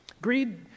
Greed